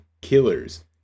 Killers